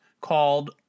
called